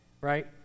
right